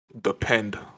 depend